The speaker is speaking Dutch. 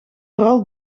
vooral